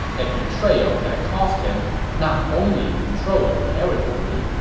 a betrayal that cost him not only control of territory,